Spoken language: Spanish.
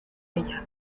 ella